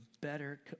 better